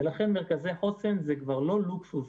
לכן מרכזי חוסן זה כבר לא לוקסוס,